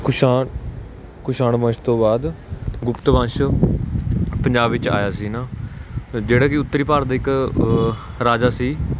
ਕੁਸ਼ਾਣ ਕੁਸ਼ਾਣ ਵੰਸ਼ ਤੋਂ ਬਾਅਦ ਗੁਪਤ ਵੰਸ਼ ਪੰਜਾਬ ਵਿੱਚ ਆਇਆ ਸੀ ਨਾ ਜਿਹੜਾ ਕਿ ਉੱਤਰੀ ਭਾਰਤ ਦਾ ਇੱਕ ਰਾਜਾ ਸੀ